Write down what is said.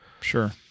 Sure